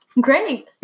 great